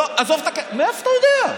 עזוב את, מאיפה אתה יודע?